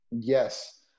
Yes